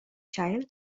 child